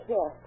Yes